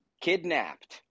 kidnapped